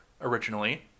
originally